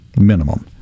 minimum